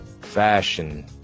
fashion